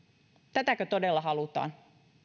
tätäkö todella halutaan